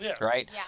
Right